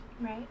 Right